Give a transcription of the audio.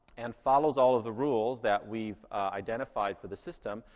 and follows all of the rules that we've identified for the system,